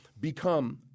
become